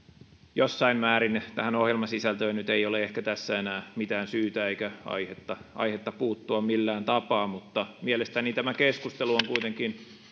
jossain määrin ohjelmasisältöön nyt ei ole ehkä tässä enää mitään syytä eikä aihetta aihetta puuttua millään tapaa mutta mielestäni tämä keskustelu on kuitenkin